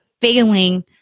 failing